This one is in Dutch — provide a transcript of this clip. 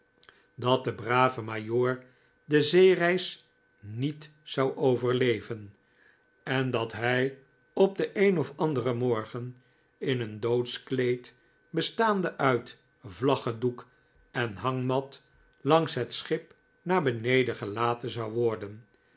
dat de brave majoor de zeereis niet zou overleven en dat hij op den een of anderen morgen in een doodskleed bestaande uit vlaggedoek en hangmat langs het schip naar beneden gelaten zou worden